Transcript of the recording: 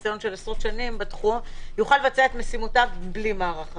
ניסיון של עשרות שנים בתחום בלי מערך המילואים.